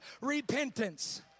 repentance